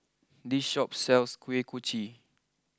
this Shop sells Kuih Kochi